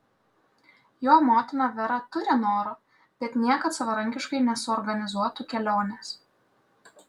jo motina vera turi noro bet niekad savarankiškai nesuorganizuotų kelionės